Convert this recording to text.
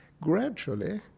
gradually